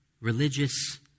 religious